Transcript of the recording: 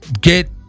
get